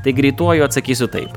tai greituoju atsakysiu taip